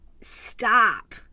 Stop